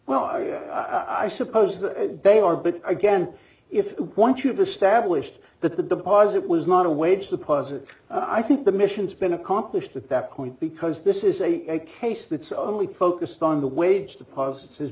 well i suppose they are but again if you want you to establish that the deposit was not a wage the positive i think the mission's been accomplished at that point because this is a case that's only focused on the wage deposits as